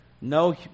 No